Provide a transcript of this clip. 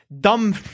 dumb